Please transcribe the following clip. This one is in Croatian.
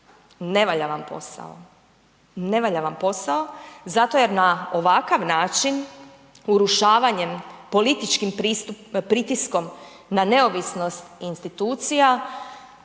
Ne valja vam posao, ne valja vam posao zato jer na ovakav način urušavanjem, političkom pritiskom na neovisnost institucija